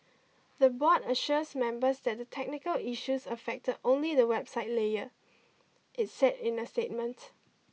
the board assures members that the technical issues affected only the website layer it said in a statement